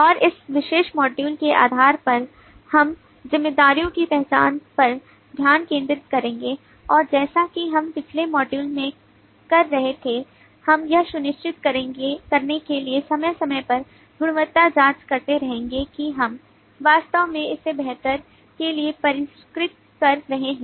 और इस विशेष मॉड्यूल के आधार पर हम जिम्मेदारियों की पहचान पर ध्यान केंद्रित करेंगे और जैसा कि हम पिछले मॉड्यूल में कर रहे थे हम यह सुनिश्चित करने के लिए समय समय पर गुणवत्ता जांच करते रहेंगे कि हम वास्तव में इसे बेहतर के लिए परिष्कृत कर रहे हैं